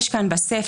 יש כאן בסיפא,